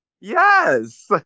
Yes